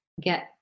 get